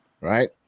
right